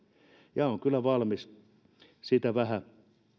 ja olen kyllä valmis vähän